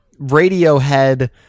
Radiohead